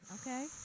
okay